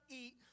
eat